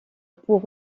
pour